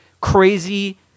crazy